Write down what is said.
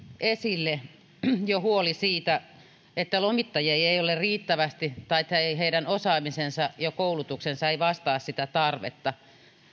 esille jo huoli siitä että lomittajia ei ei ole riittävästi tai heidän osaamisensa ja koulutuksensa ei vastaa sitä tarvetta